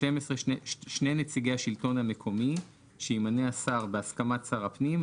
שני נציגי השלטון המקומי שימנה השר בהסכמת שר הפנים,